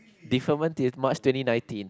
deferment till March twenty nineteen